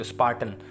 Spartan